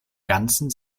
ganzen